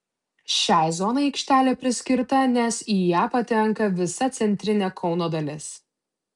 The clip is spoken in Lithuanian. šiai zonai aikštelė priskirta nes į ją patenka visa centrinė kauno dalis